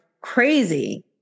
crazy